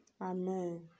Amen